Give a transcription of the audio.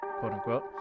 quote-unquote